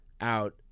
out